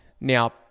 now